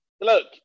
Look